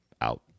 Out